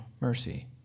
mercy